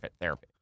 therapy